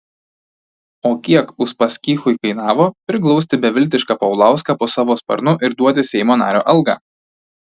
o kiek uspaskichui kainavo priglausti beviltišką paulauską po savo sparnu ir duoti seimo nario algą